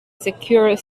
secure